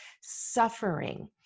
suffering